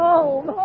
Home